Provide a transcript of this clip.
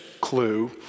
clue